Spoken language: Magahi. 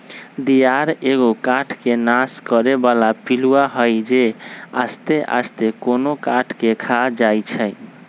दियार एगो काठ के नाश करे बला पिलुआ हई जे आस्ते आस्ते कोनो काठ के ख़ा जाइ छइ